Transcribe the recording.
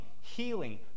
healing